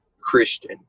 Christian